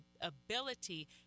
ability